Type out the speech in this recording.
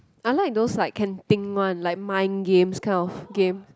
I like those like can think one like mind games kind of games